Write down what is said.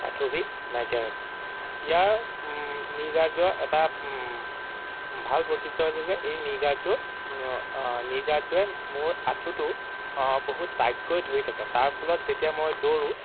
আঁঠুৰ বিষ নাইকিয়া হৈছে ইয়াৰ নি গাৰ্ডযোৰৰ এটা ভাল বৈশিষ্ট্য হৈছে যে এই নি গাৰ্ডযোৰ নি গাৰ্ডযোৰে মোৰ আঁঠুটো বহুত টাইটকৈ ধৰি থাকে তাৰ ফলত যেতিয়া মই দৌৰোঁ